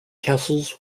castles